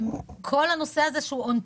וכל הנושא הזה שהוא "מעל"